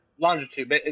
Longitude